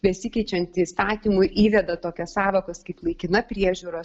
besikeičiant įstatymui įveda tokias sąvokas kaip laikina priežiūra